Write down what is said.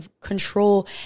control